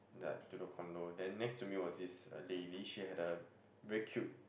ya to the condo then next to me there was this a lady she had a very cute